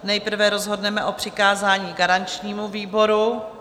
Nejprve rozhodneme o přikázání garančnímu výboru.